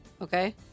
Okay